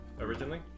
originally